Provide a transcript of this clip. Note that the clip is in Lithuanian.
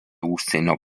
užsienio